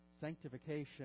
Sanctification